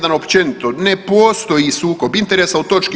1 općenito, ne postoji sukob interesa, u toč.